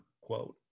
quote